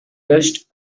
touched